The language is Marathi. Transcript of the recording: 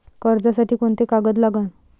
कर्जसाठी कोंते कागद लागन?